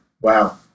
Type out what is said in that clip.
Wow